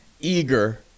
eager